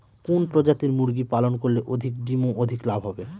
কোন প্রজাতির মুরগি পালন করলে অধিক ডিম ও অধিক লাভ হবে?